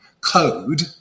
code